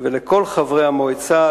ולכל חברי המועצה,